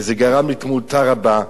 וזה גרם לתמותה רבה,